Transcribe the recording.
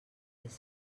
les